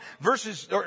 verses